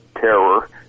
terror